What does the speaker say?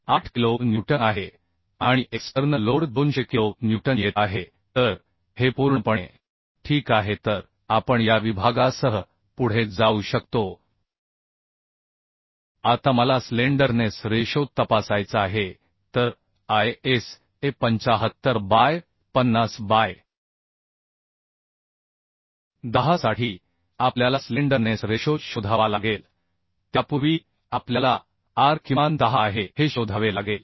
8 kilo newton आहे आणि external load 200 kilo newton येत आहे तर हे पूर्णपणे ठीक आहे तर आपण या विभागासह पुढे जाऊ शकतो आता मला स्लेंडरनेस रेशो तपासायचा आहे तर ISA 75 बाय 50 बाय 10 साठी आपल्याला स्लेंडरनेस रेशो शोधावा लागेल त्यापूर्वी आपल्याला आर किमान 10 आहे हे शोधावे लागेल